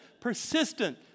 persistent